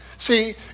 See